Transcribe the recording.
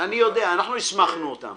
אני יודע, אנחנו הסמכנו אותם.